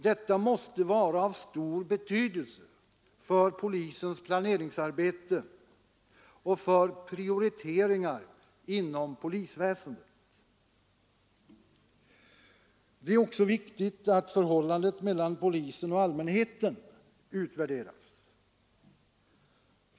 Detta måste vara av stor betydelse för polisens planeringsarbete och för prioriteringar inom polisväsendet. Det är också viktigt att förhållandet mellan polisen och allmänheten utvärderas.